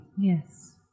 Yes